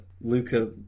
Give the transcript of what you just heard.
Luca